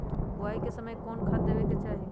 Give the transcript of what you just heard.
बोआई के समय कौन खाद देवे के चाही?